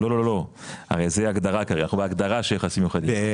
אנחנו בהגדרה של יחסים מיוחדים.